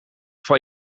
van